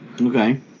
Okay